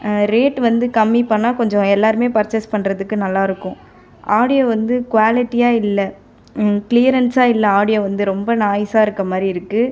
rate வந்து கம்மி பண்ணா கொஞ்சம் எல்லாருமே பர்ச்சேஸ் பண்றதுக்கு நல்லாருக்கும் ஆடியோ வந்து க்வேலிட்டியா இல்லை க்ளியரன்சா இல்லை ஆடியோ வந்து ரொம்ப நாய்ஸாக இருக்கற மாதிரி இருக்குது